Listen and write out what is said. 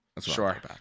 sure